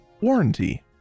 warranty